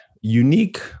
unique